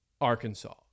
Arkansas